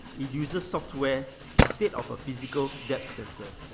it uses software instead of a physical depth sensor.